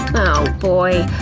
oh boy,